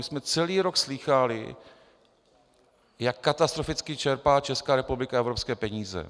My jsme celý rok slýchali, jak katastroficky čerpá Česká republika evropské peníze.